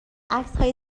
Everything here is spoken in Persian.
عکسهای